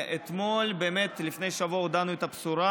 ואתמול, באמת לפני שבוע הודענו את הבשורה,